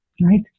right